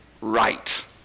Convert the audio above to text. right